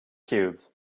cubes